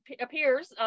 appears